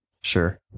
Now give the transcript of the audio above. sure